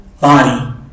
body